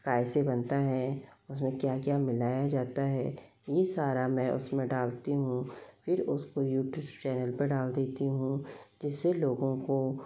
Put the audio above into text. किससे बनता है उसमें क्या क्या मिलाया जाता है ये सारा मैं उसमें डालती हूँ फिर उसको यूट्यूब चैनल पर डाल देती हूँ जिससे लोगों को